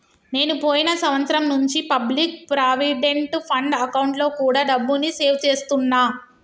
నేను పోయిన సంవత్సరం నుంచి పబ్లిక్ ప్రావిడెంట్ ఫండ్ అకౌంట్లో కూడా డబ్బుని సేవ్ చేస్తున్నా